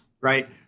right